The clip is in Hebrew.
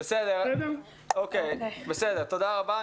תודה רבה.